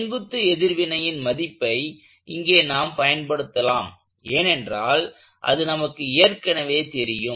செங்குத்து எதிர்வினையின் மதிப்பை இங்கே நாம் பயன்படுத்தலாம் ஏனென்றால் அது நமக்கு ஏற்கனவே தெரியும்